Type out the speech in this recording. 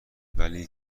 ولی